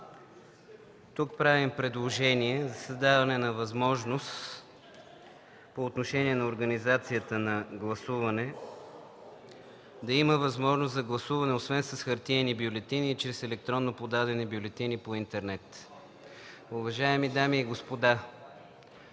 Тук правим предложение за даване на възможност по отношение на организацията на гласуване да има възможност за гласуване освен с хартиени бюлетини и чрез електронно подадени бюлетини по интернет. Уважаеми дами и господа,